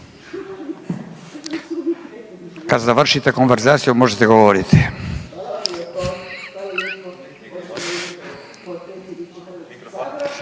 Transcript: Kad završite konverzaciju možete govoriti.